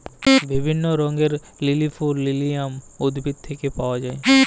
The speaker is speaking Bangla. বিভিল্য রঙের লিলি ফুল লিলিয়াম উদ্ভিদ থেক্যে পাওয়া যায়